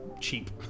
cheap